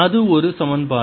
அது ஒரு சமன்பாடு